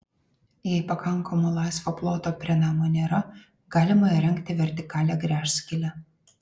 jei pakankamo laisvo ploto prie namo nėra galima įrengti vertikalią gręžskylę